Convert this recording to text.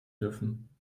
dürfen